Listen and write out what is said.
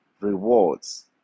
rewards